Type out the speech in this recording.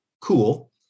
cool